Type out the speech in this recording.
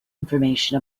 information